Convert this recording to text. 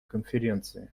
конференции